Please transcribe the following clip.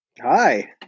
Hi